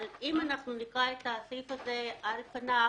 אם נקרא את הסעיף הזה על פניו,